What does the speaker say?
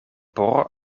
por